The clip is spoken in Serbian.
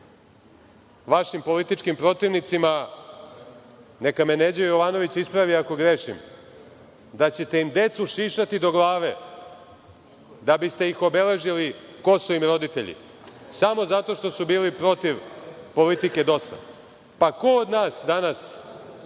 vašim političkim protivnicima, neka me Neđo Jovanović ispravi ako grešim, da ćete im decu šišati do glave da biste ih obeležili ko su im roditelji samo zato što su bili protiv politike DOS? Ko od nas danas